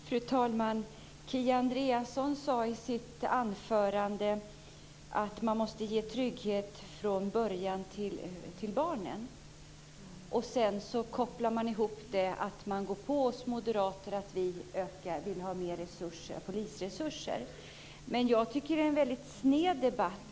Fru talman! Kia Andreasson sade i sitt anförande att man måste ge trygghet till barnen från början. Sedan gick hon på oss moderater om att vi vill ha mer polisresurser. Jag tycker att detta är en väldigt sned debatt.